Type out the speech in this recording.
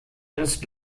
ist